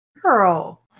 Girl